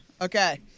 Okay